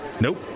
Nope